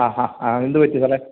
ആ ആ എന്ത് പറ്റി സാറേ